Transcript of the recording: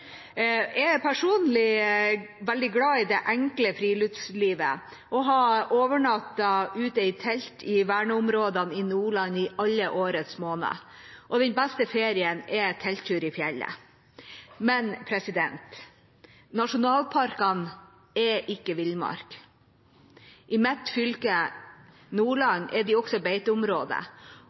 Jeg er personlig veldig glad i det enkle friluftslivet og har overnattet ute i telt i verneområdene i Nordland i alle årets måneder. Den beste ferien er telttur i fjellet. Men nasjonalparkene er ikke villmark. I mitt fylke, Nordland, er de også beiteområde,